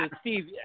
Steve